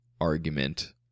argument